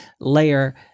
layer